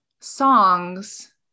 songs